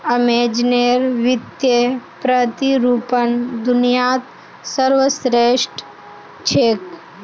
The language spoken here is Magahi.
अमेज़नेर वित्तीय प्रतिरूपण दुनियात सर्वश्रेष्ठ छेक